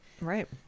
Right